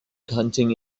hunting